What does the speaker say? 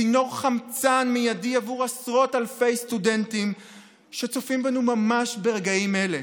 צינור חמצן מיידי עבור עשרות אלפי סטודנטים שצופים בנו ממש ברגעים אלה.